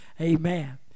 Amen